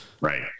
Right